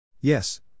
Yes